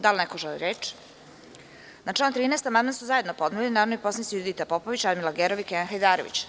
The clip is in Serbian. Da li neko želi reč?(Ne) Na član 13. amandman su zajedno podneli narodni poslanici Judita Popović, Radmila Gerov i Kenan Hajdarević.